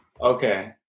Okay